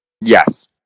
Yes